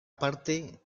parte